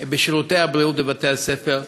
בשירותי הבריאות בבתי-הספר,